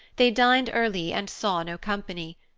they dined early and saw no company.